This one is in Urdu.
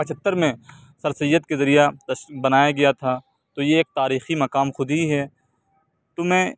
پچہتر میں سر سید کے ذریعہ بنایا گیا تھا تو یہ ایک تاریخی مقام خود ہی ہے تو میں